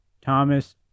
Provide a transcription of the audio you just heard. Thomas